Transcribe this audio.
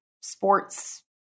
sports